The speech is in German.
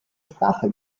sprache